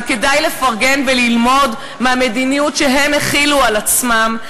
וכדאי לפרגן וללמוד מהמדיניות שהם החילו על עצמם,